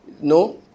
No